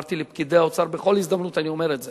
אמרתי לפקידי האוצר ובכל הזדמנות אני אומר את זה,